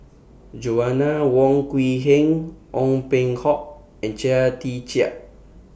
Joanna Wong Quee Heng Ong Peng Hock and Chia Tee Chiak